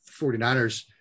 49ers